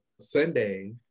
Sunday